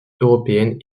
européenne